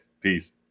Peace